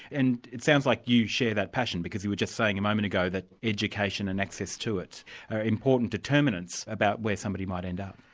and it sounds like you share that passion, because you were just saying a moment ago that education and access to it are important determinants about where somebody might end up.